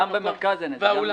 גם במרכז אין את זה.